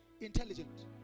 intelligent